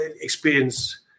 experience